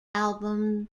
albums